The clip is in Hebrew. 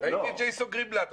ראיתי את ג'ייסון גרינבלט,